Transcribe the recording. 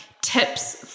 tips